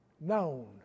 known